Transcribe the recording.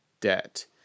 debt